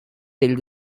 del